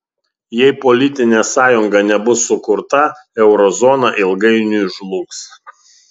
jei politinė sąjunga nebus sukurta euro zona ilgainiui žlugs